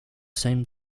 same